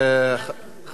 דוד רותם,